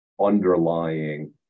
underlying